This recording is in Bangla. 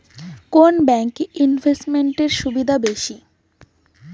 কোন ব্যাংক এ ইনভেস্টমেন্ট এর সুবিধা বেশি?